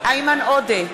איימן עודה,